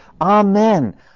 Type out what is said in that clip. Amen